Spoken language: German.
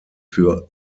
für